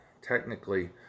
technically